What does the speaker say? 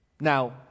Now